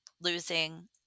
losing